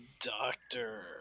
doctor